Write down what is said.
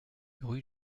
rue